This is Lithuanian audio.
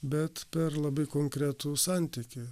bet per labai konkretų santykį